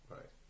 Right